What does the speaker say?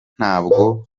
ntabwo